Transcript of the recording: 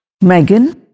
Megan